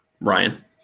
Ryan